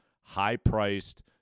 high-priced